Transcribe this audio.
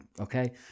Okay